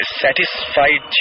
satisfied